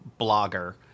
blogger